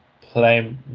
play